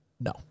No